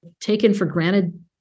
taken-for-granted